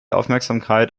aufmerksamkeit